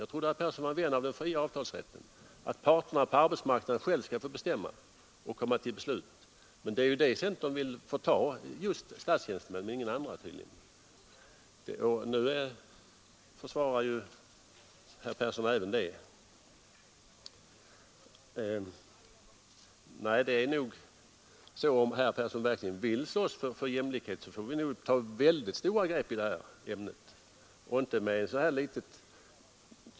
Jag trodde att herr Persson var vän av den fria avtalsrätten och ansåg att parterna på arbetsmarknaden själva skall få fatta beslut. Det är den rättigheten som centern vill förta just statstjänstemännen men tydligen inga andra. Nu försvarar herr Persson alltså det. Om herr Persson verkligen vill slåss för jämlikhet får han nog vara inställd på att vi får ta väldigt stora grepp om det här ämnet.